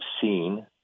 seen